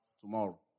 tomorrow